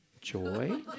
Joy